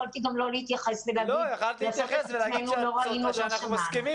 יכולתי גם לא להתייחס ולהגיד שלא ראינו ולא שמענו.